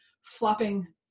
flopping